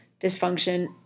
dysfunction